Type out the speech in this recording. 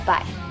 Bye